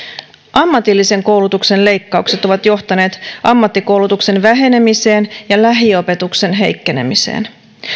ammatillisen koulutuksen leikkaukset ovat johtaneet ammattikoulutuksen vähenemiseen ja lähiopetuksen heikkenemiseen